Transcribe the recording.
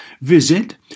Visit